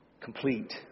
complete